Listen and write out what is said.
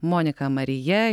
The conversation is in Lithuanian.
monika marija